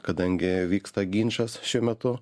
kadangi vyksta ginčas šiuo metu